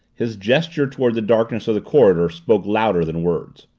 his gesture toward the darkness of the corridor spoke louder than words.